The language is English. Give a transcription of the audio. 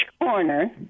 corner